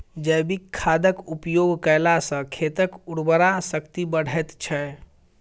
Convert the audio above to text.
जैविक खादक उपयोग कयला सॅ खेतक उर्वरा शक्ति बढ़ैत छै